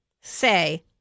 say